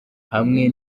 hamwe